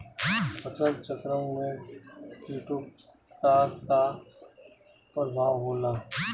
फसल चक्रण में कीटो का का परभाव होला?